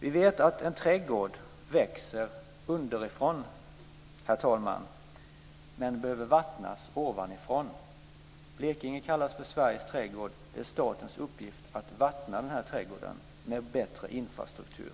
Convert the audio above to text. Vi vet att en trädgård växer underifrån, herr talman. Men den behöver vattnas ovanifrån. Blekinge kallas för Sveriges trädgård. Det är statens uppgift att vattna den trädgården med bättre infrastruktur.